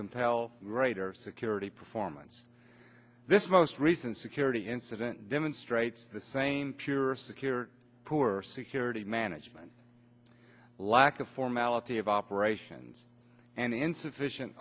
compel greater security performance this most recent security incident demonstrates the same pure secure poor security management lack of formality of operations and insufficient